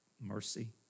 mercy